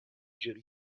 jerry